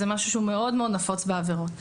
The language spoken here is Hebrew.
זה משהו שהוא מאוד מאוד נפוץ בעבירות.